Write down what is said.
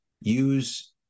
use